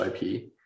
IP